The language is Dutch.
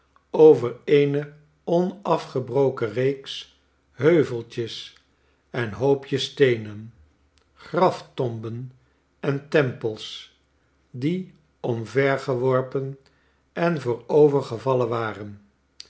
over eene onafgebroken reeks heuveltjes en hoopjes steenen graftomben en tempels die omvergeworpen en voorovergevallen waren